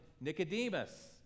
Nicodemus